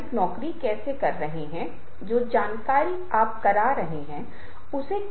और जाहिर है लोगों को यह जानने में दिलचस्पी होगी कि आपने इसे कैसे खोजा